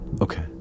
Okay